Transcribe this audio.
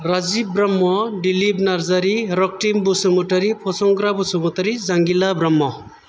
Rajib Brahma Dilip Narzary Rakthim Basumatary Phasangra Basumatary Jangila Brahma